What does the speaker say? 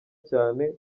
cyane